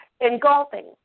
engulfing